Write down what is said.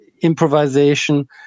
improvisation